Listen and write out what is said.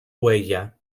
huella